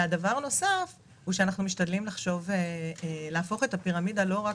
אנחנו משתדלים להפוך את הפירמידה לא רק